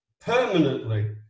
permanently